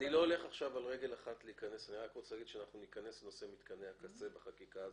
אנחנו ניכנס לנושא מתקני הקצה בחקיקה הזאת.